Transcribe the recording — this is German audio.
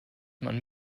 man